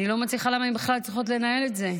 אני לא מצליחה להבין למה הן בכלל צריכות לנהל אותה.